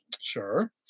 Sure